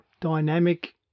dynamic